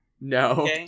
No